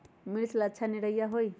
मिर्च ला अच्छा निरैया होई?